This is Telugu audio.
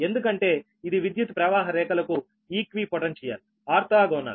ఎందుకంటే ఇది విద్యుత్ ప్రవాహ రేఖలకు సమాన సంభావ్యతఆర్థో గోనల్